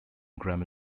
grammar